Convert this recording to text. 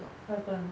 what happen